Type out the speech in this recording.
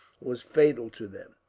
was fatal to them.